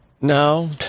No